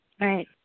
Right